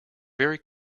very